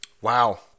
Wow